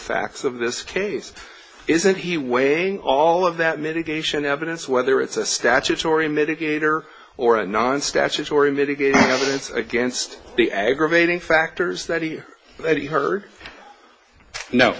facts of this case isn't he weighing all of that mitigation evidence whether it's a statutory mitigator or a non statutory mitigating evidence against the aggravating factors that he let her kno